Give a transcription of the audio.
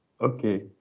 Okay